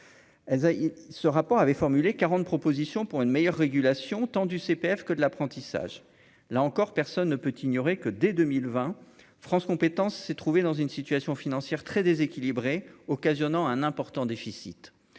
ce rapport avait formulé 40 propositions pour une meilleure régulation CPF que de l'apprentissage, là encore, personne ne peut ignorer que dès 2020 France compétences s'est trouvé dans une situation financière très déséquilibrée, occasionnant un important déficit